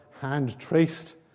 hand-traced